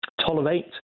tolerate